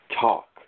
talk